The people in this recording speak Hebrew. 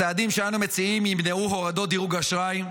הצעדים שאנו מציעים ימנעו הורדות דירוג אשראי,